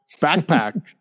backpack